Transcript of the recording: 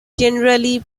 generally